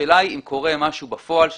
השאלה היא אם קורה משהו בפועל שמתקדם,